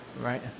Right